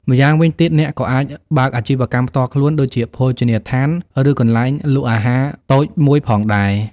ម្យ៉ាងវិញទៀត អ្នកក៏អាចបើកអាជីវកម្មផ្ទាល់ខ្លួន ដូចជាភោជនីយដ្ឋាន ឬកន្លែងលក់អាហារតូចមួយផងដែរ។